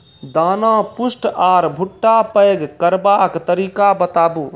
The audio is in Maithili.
दाना पुष्ट आर भूट्टा पैग करबाक तरीका बताऊ?